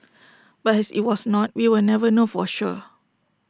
but as IT was not we will never know for sure